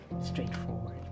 straightforward